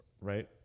right